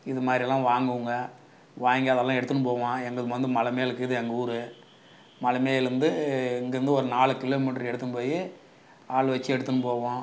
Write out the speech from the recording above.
இதுமாதிரிலாம் வாங்குவோம்ங்க வாங்கி அதல்லாம் எடுத்துகின்னு போவோம் எங்களுக்கு வந்து மலை மேலருக்குது எங்கள் ஊர் மலை மேலருந்து இங்கேருந்து ஒரு நாலு கிலோமீட்டருக்கு எடுத்துகின்னு போய் ஆள் வச்சு எடுத்துகின்னு போவோம்